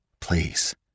Please